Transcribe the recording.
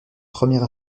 première